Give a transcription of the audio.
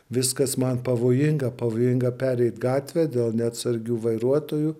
viskas man pavojinga pavojinga pereit gatvę dėl neatsargių vairuotojų